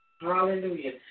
Hallelujah